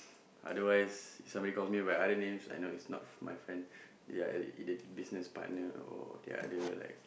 otherwise if someone calls me by other names I know it's not my friend ya business partner or the other like